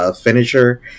finisher